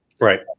Right